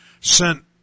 sent